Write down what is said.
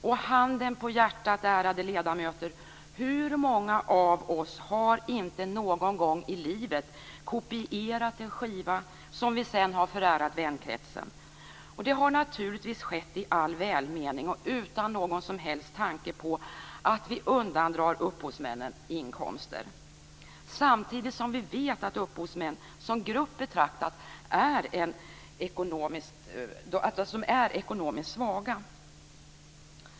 Och handen på hjärtat, ärade ledamöter: Hur många av oss har inte någon gång i livet kopierat en skiva som vi sedan har förärat vänkretsen? Det har naturligtvis skett i all välmening och utan någon som helst tanke på att vi undandrar upphovsmännen inkomster. Samtidigt vet vi att upphovsmän är ekonomiskt svaga som grupp betraktat.